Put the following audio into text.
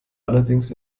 allerdings